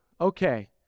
Okay